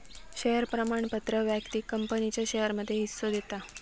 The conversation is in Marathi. शेयर प्रमाणपत्र व्यक्तिक कंपनीच्या शेयरमध्ये हिस्सो देता